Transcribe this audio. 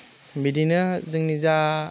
बिदिनो जोंनि जा